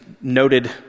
noted